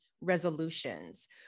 resolutions